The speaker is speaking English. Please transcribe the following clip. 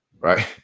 Right